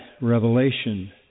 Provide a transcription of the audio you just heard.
revelation